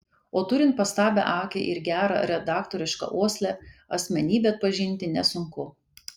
o turint pastabią akį ir gerą redaktorišką uoslę asmenybę atpažinti nesunku